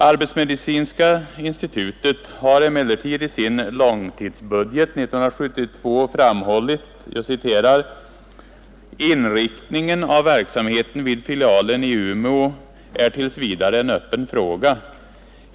Arbetsmedicinska institutet har emellertid i sin långtidsbudget 1972 framhållit följande: ”Inriktningen av verksamheten vid filialen i Umeå är tills vidare en öppen fråga.